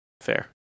Fair